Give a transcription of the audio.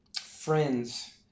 friends